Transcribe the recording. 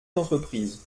d’entreprise